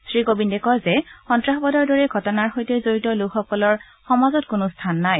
শ্ৰী কোবিন্দে কয় যে সন্নাসবাদৰ দৰে ঘটনাৰ সৈতে জড়িত লোকসকলৰ সমাজত কোনো স্থান নাই